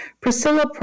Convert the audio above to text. Priscilla